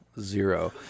Zero